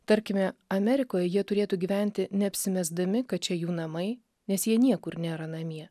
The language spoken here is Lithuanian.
tarkime amerikoje jie turėtų gyventi neapsimesdami kad čia jų namai nes jie niekur nėra namie